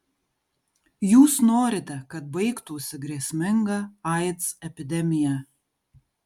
jūs norite kad baigtųsi grėsminga aids epidemija